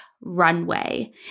runway